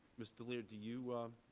mr. leer, do you